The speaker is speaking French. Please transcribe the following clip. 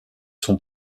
sont